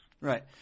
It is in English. Right